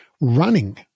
Running